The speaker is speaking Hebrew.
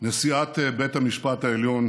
אתה מגיע לבתי הספר האלה,